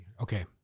okay